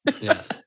Yes